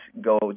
go